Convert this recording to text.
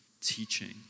teaching